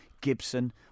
Gibson